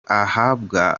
ahabwa